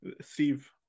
Steve